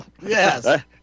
Yes